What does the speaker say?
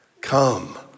Come